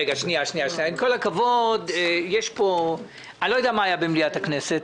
עם כל הכבוד, אני לא יודע מה היה במליאת הכנסת.